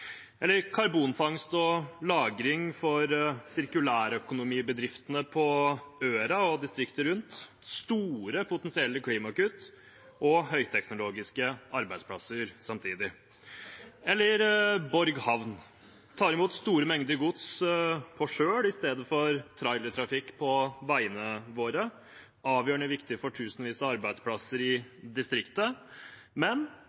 Eller karbonfangst og -lagring for sirkulærøkonomibedriftene på Øra og distriktet rundt: Det gir store potensielle klimakutt og høyteknologiske arbeidsplasser samtidig. Eller Borg havn: De tar imot store mengder gods på kjøl i stedet for trailertrafikk på veiene våre, som er avgjørende viktig for tusenvis av arbeidsplasser i distriktet. Men